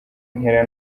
ntera